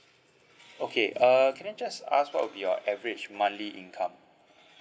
okay uh can I just ask what will be your average monthly income